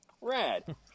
rad